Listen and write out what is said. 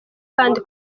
kandi